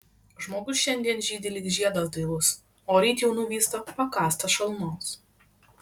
žmogus šiandien žydi lyg žiedas dailus o ryt jau nuvysta pakąstas šalnos